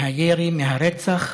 מהירי, מהרצח,